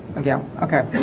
again okay